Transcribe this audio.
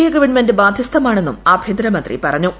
A government ബാധ്യസ്ഥമാണെന്നും ആഭ്യന്തരമന്ത്രി പറഞ്ഞു